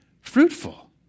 fruitful